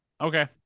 okay